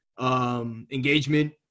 engagement